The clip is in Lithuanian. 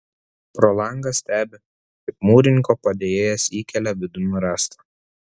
pro langą stebi kaip mūrininko padėjėjas įkelia vidun rąstą